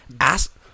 ask